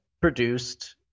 produced